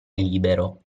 libero